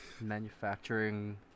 manufacturing